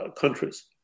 countries